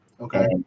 Okay